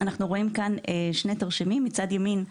אנחנו רואים כאן שני תרשימים מצד ימין,